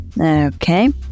Okay